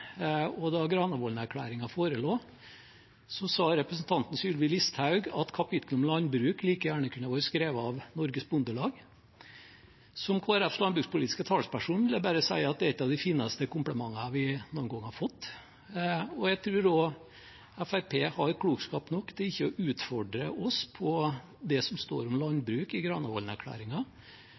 Da Granavolden-plattformen forelå, sa representanten Sylvi Listhaug at kapittelet om landbruk like gjerne kunne ha vært skrevet av Norges Bondelag. Som Kristelig Folkepartis landbrukspolitiske talsperson vil jeg bare si at det er et av de fineste komplimentene vi noen gang har fått. Jeg tror også Fremskrittspartiet har klokskap nok til ikke å utfordre oss på det som står om landbruk i